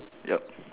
yup